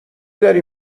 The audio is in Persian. داری